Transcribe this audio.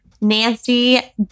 Nancy